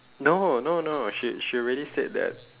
no no no she she already said that